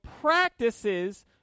practices